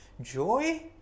Joy